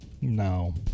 No